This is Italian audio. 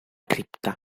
cripta